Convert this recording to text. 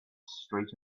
street